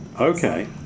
okay